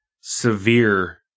severe